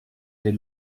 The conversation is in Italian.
dei